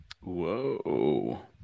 Whoa